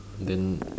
then